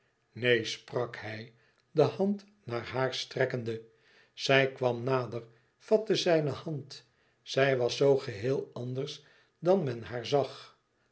neen sprak hij de hand naar haar strekkende zij kwam nader vatte zijne hand zij was zoo geheel anders dan men haar zag